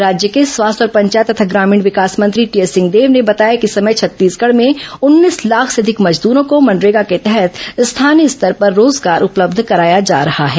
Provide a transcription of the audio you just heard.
राज्य के स्वास्थ्य और पंचायत तथा ग्रामीण विकास मंत्री टीएस सिंहदेव ने बताया कि इस समय छत्तीसगढ़ में उन्नीस लाख से अधिक मजदूरो को मनरेगा के तहत स्थानीय स्तर पर रोजगार उपलब्ध कराया जा रहा है